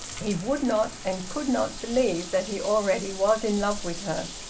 he would not and could not believe that he already was in love with her,